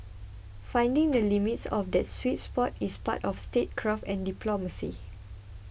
finding the limits of that sweet spot is part of statecraft and diplomacy